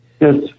Yes